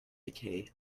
decay